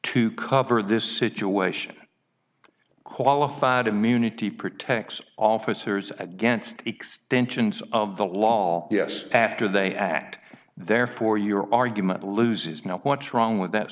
to cover this situation qualified immunity protects officers against extensions of the law yes after they act therefore your argument loses now what's wrong with that